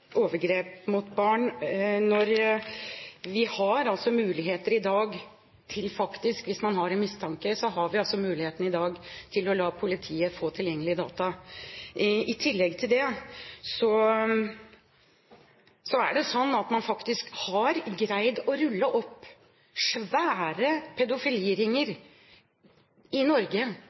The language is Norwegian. overgrep mot barn, når vi har muligheter i dag – hvis man har en mistanke – til å la politiet få tilgjengelige data. I tillegg er det slik at man faktisk har greid å rulle opp svære pedofiliringer i Norge